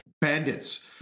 bandits